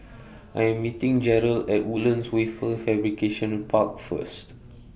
I Am meeting Jerel At Woodlands Wafer Fabrication Park First